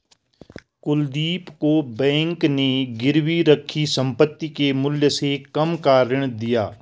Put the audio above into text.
कुलदीप को बैंक ने गिरवी रखी संपत्ति के मूल्य से कम का ऋण दिया